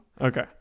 Okay